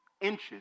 inches